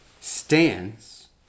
stands